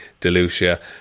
DeLucia